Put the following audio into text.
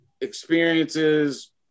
experiences